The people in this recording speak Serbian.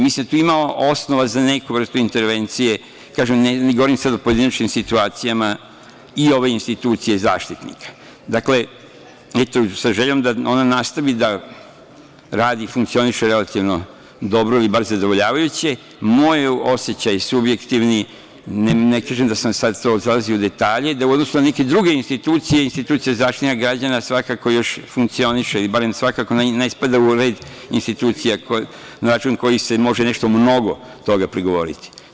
Mislim da tu ima osnova za neku vrstu intervencije, ne govorim sada o pojedinačnim situacijama i ove institucije Zaštitnika sa željom da ona nastavi da radi i funkcioniše relativno dobro ili bar zadovoljavajuće moj osećaj subjektivni, ne kažem da sam zalazio u detalje, da u odnosu na neke druge institucije institucija Zaštitnika građana svakako još funkcioniše ili barem još ne spada u red institucija kojoj se može nešto mnogo prigovoriti.